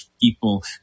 people